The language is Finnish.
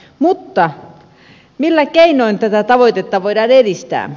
mutta millä keinoin tätä tavoitetta voidaan edistää